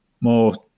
more